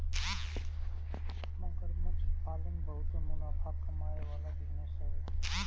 मगरमच्छ पालन बहुते मुनाफा कमाए वाला बिजनेस हवे